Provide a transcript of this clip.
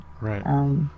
Right